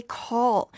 call